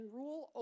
rule